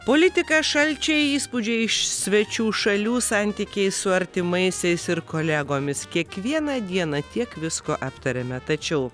politika šalčiai įspūdžiai iš svečių šalių santykiai su artimaisiais ir kolegomis kiekvieną dieną tiek visko aptariame tačiau